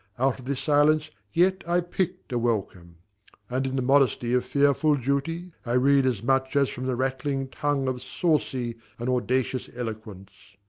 out of this silence yet i pick'd a welcome and in the modesty of fearful duty i read as much as from the rattling tongue of saucy and audacious eloquence.